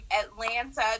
Atlanta